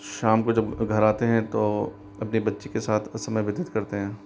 शाम को जब घर आते हैं तो अपनी बच्ची के साथ कुछ समय व्यतीत करते हैं